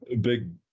big